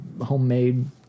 homemade